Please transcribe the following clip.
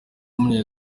w’umunya